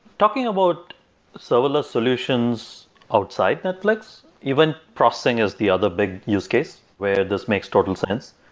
talking about serverless solutions outside netflix, even processing is the other big use case, where this makes total sense.